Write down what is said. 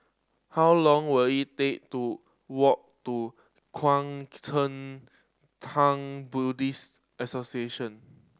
how long will it take to walk to Kuang Chee Tng Buddhist Association